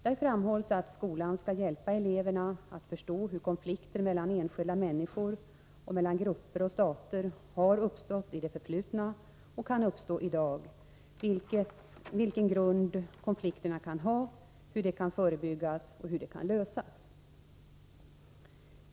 Där framhålls att skolan skall hjälpa eleverna att förstå hur konflikter mellan enskilda människor och mellan grupper och stater har uppstått i det förflutna och kan uppstå i dag, vilken grund konflikterna kan ha, hur de kan förebyggas och hur de kan lösas.